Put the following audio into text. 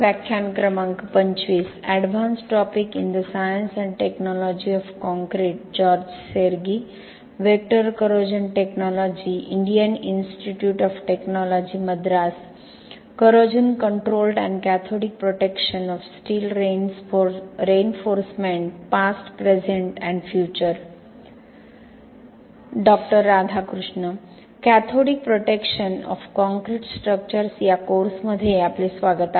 प्राध्यापक - प्राध्यापक संभाषण सुरू होते doctor Radhakrishna cathodic protection of concrete structures या कोर्समध्ये आपले स्वागत आहे